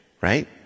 Right